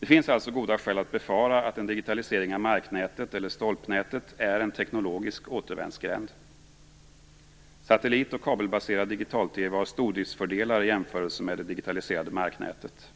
Det finns alltså goda skäl att befara att en digitalisering av marknätet, även kallat stolpnätet, är en teknologisk återvändsgränd. Satellit och kabelbaserad digital-TV har stordriftsfördelar i jämförelse med det digitaliserade marknätet.